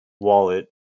wallet